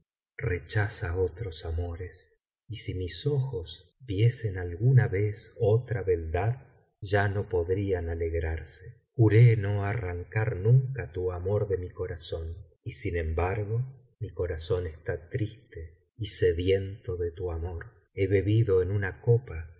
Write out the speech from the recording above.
rechaza otros amores y si mis ojos viesen alguna vez otra beldad ya no podrían alegrarse biblioteca valenciana las mil noches y una nocik jaré no arrancar nunca tu amar de mi corazón y sin embargo mi cora ón está triste y sediento de til amor he bebido en una copa